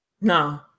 No